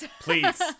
please